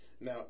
Now